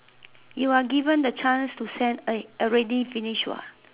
you are given the chance to send a already finish work ah